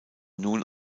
nun